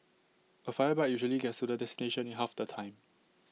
A fire bike usually gets to the destination in half the time